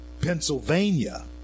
Pennsylvania